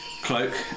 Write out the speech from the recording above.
cloak